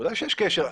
ודאי שיש קשר.